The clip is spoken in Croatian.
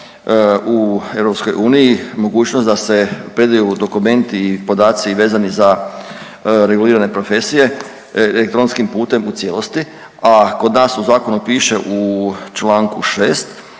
u EU mogućnost da se predaju dokumenti i podaci vezani za regulirane profesije elektronskim putem u cijelosti, a kod nas u zakonu piše u Članku 6.